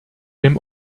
him